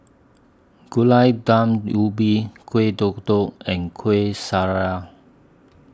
Gulai Daun Ubi Kueh Kodok and Kuih Syara